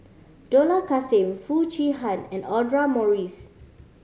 Dollah Kassim Foo Chee Han and Audra Morrice